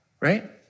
right